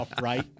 Right